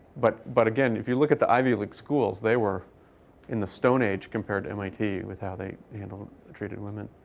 but but again, if you look at the ivy league schools, they were in the stone age compared to mit with how they handled and treated women.